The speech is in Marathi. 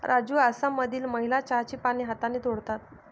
राजू आसाममधील महिला चहाची पाने हाताने तोडतात